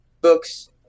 books